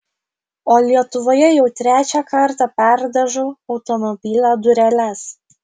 o lietuvoje jau trečią kartą perdažau automobilio dureles